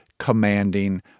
commanding